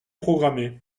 programmés